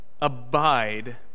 abide